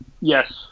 Yes